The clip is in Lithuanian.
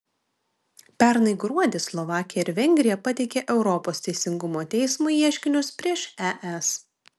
pernai gruodį slovakija ir vengrija pateikė europos teisingumo teismui ieškinius prieš es